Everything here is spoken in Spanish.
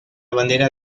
bandera